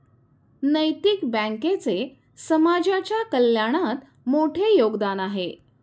नैतिक बँकेचे समाजाच्या कल्याणात मोठे योगदान आहे